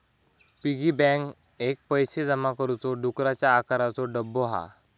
piggy bank एक पैशे जमा करुचो डुकराच्या आकाराचो डब्बो हा